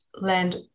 land